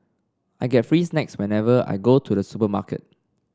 I get free snacks whenever I go to the supermarket